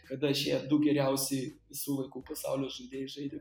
kada šie du geriausi visų laikų pasaulio žaidėjai žaidė